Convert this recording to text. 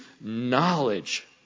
knowledge